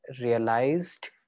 realized